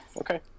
Okay